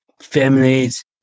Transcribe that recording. families